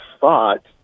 thought